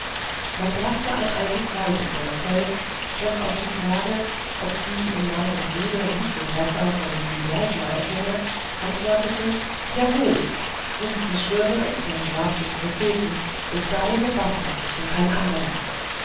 man brachte ein altes weib in das zelt das auf die frage ob sie in meinem bruder nicht den bassa von sulieika erkenne antwortete jawohl und sie schwöre es beim grab des propheten es sei der bassa und kein anderer